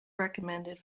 recommended